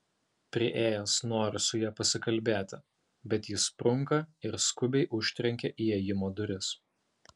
priėjęs noriu su ja pasikalbėti bet ji sprunka ir skubiai užtrenkia įėjimo duris